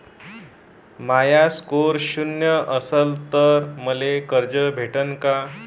माया score शून्य असन तर मले कर्ज भेटन का?